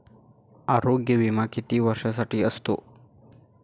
आरोग्य विमा किती वर्षांसाठी असतो?